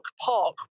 park